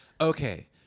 okay